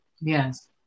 Yes